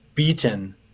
beaten